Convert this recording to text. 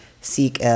seek